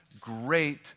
great